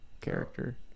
character